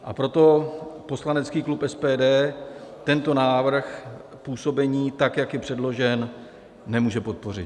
A proto poslanecký klub SPD tento návrh působení, tak jak je předložen, nemůže podpořit.